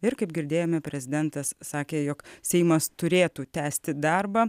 ir kaip girdėjome prezidentas sakė jog seimas turėtų tęsti darbą